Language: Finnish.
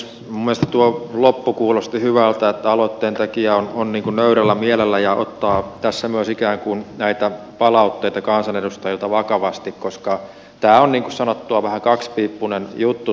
minun mielestäni tuo loppu kuulosti hyvältä että aloitteen tekijä on nöyrällä mielellä ja ottaa tässä myös ikään kuin näitä palautteita kansanedustajilta vakavasti koska tämä kunnan sisäinen vaalipiiri on niin kuin sanottua vähän kaksipiippuinen juttu